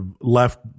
Left